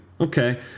Okay